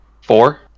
Four